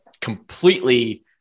completely